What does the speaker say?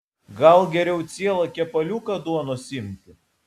gal geriau cielą kepaliuką duonos imti